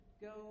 go